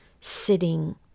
sitting